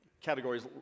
categories